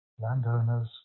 landowners